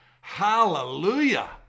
hallelujah